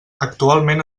actualment